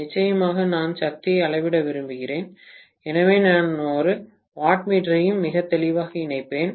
நிச்சயமாக நான் சக்தியை அளவிட விரும்புகிறேன் எனவே நான் ஒரு வாட்மீட்டரையும் மிகத் தெளிவாக இணைப்பேன்